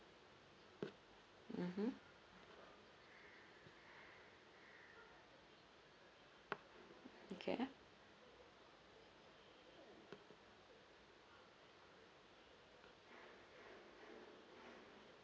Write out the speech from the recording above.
mmhmm okay